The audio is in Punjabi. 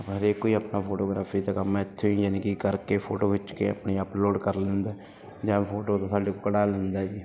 ਆਪਣਾ ਹਰੇਕ ਕੋਈ ਆਪਣਾ ਫੋਟੋਗ੍ਰਾਫੀ ਦਾ ਕੰਮ ਇੱਥੋਂ ਹੀ ਯਾਨੀ ਕਿ ਕਰਕੇ ਫੋਟੋ ਖਿੱਚ ਕੇ ਆਪਣੀ ਅਪਲੋਡ ਕਰ ਲੈਂਦਾ ਜਾਂ ਫੋਟੋ ਤੋਂ ਸਾਡੇ ਕੋਲ ਕਢਾ ਲੈਂਦਾ ਜੀ